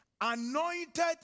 anointed